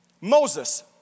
Moses